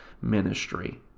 ministry